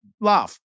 laugh